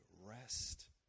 rest